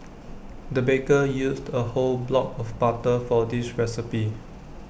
the baker used A whole block of butter for this recipe